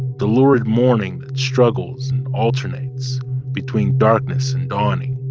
the lurid morning struggles and alternates between darkness and dawning,